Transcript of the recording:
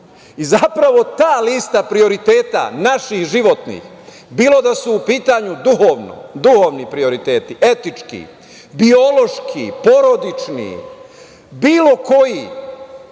Zapravo, ta lista prioriteta, naših životnih, bilo da su u pitanju duhovni prioriteti, etički, biološki, porodični, bilo koji,